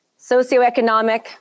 Socioeconomic